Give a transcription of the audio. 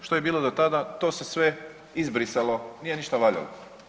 Što je bilo do tada to se sve izbrisalo, nije ništa valjalo.